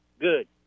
Good